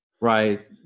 right